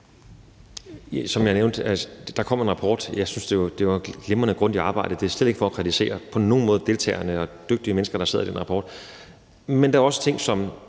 Som jeg nævnte, kom der en rapport. Jeg synes, det var et glimrende og grundigt arbejde. Det er slet ikke for på nogen måde at kritisere deltagerne. Det er dygtige mennesker, der har siddet og lavet den rapport. Men der er også ting, som